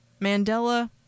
Mandela